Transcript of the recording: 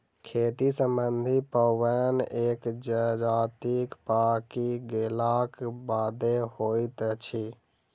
खेती सम्बन्धी पाबैन एक जजातिक पाकि गेलाक बादे होइत अछि